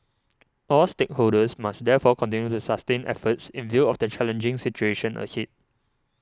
all stakeholders must therefore continue to sustain efforts in view of the challenging situation ahead